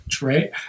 right